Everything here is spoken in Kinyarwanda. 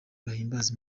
bahimbaza